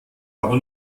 aber